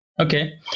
Okay